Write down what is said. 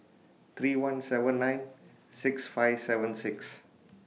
three one seven nine six five seven six